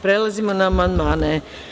Prelazimo na amandmane.